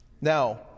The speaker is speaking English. Now